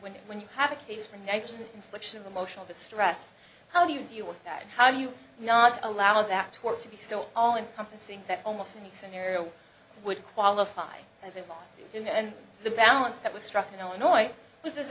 when when you have a case for next infliction of emotional distress how do you deal with that how do you not allow that to be so all encompassing that almost any scenario would qualify as a policy and the balance that was struck in illinois with